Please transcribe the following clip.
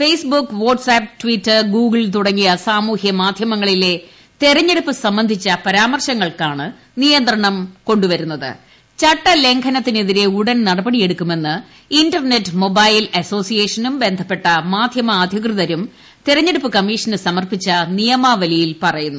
face book WhatsApp Twitter Google തുടങ്ങിയ സാമൂഹ്യ മാധ്യമങ്ങളിലെ തെരഞ്ഞെടുപ്പ് സംബന്ധിച്ച പരാമർശങ്ങൾക്കാണ് നിയന്ത്രണം കൊ ചട്ടലംഘനത്തിനെതിരെ ഉടൻ നടപടിയെടുക്കുമെന്ന് ഇന്റർനെറ്റ് മൊബൈൽ അസോസിയേഷനും ബന്ധപ്പെട്ട മാധ്യമഅധികൃതരും തെരഞ്ഞെടുപ്പ് കമ്മീഷന് സമർപ്പിച്ച നിയമാവലിയിൽ പറയുന്നു